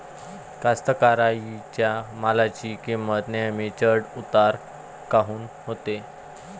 कास्तकाराइच्या मालाची किंमत नेहमी चढ उतार काऊन होते?